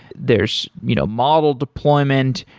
there's you know model deployment.